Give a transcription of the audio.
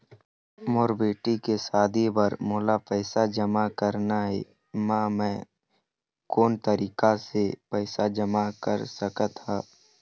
मोर बेटी के शादी बर मोला पैसा जमा करना हे, म मैं कोन तरीका से पैसा जमा कर सकत ह?